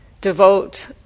devote